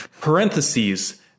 parentheses